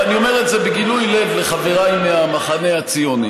ואני אומר את זה בגילוי לב לחבריי מהמחנה הציוני.